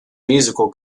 musical